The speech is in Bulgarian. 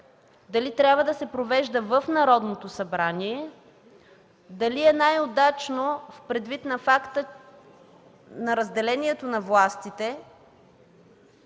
дали трябва да се провежда в Народното събрание, дали е най-удачно предвид на факта на разделението на властите,